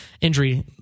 injury